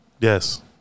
Yes